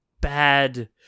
bad